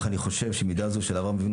אך אני חושב שמידה זו של אברהם אבינו